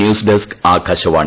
news desk Akashvani